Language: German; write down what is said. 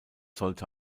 sollte